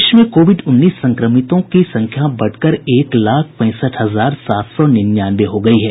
देश में कोविड उन्नीस संक्रमितों की संख्या बढ़कर एक लाख पैंसठ हजार सात सौ निन्यानवे हो गई है